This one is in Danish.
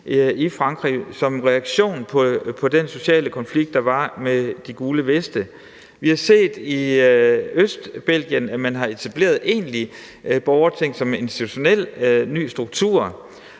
borgerting som en reaktion på den sociale konflikt, der var med De Gule Veste. Vi har set, at man i Østbelgien har etableret egentlige borgerting som en ny institutionel struktur,